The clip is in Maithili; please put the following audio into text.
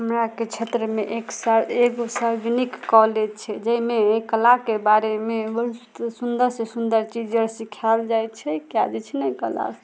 हमराके क्षेत्रमे एक सर एगो सर्वनिक कॉलेज छै जाहिमे एहि कलाके बारेमे बहुत सुन्दर से सुन्दर चीज अर सिखाएल जाइ छै कै दै छै ने कला